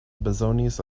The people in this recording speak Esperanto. bezonis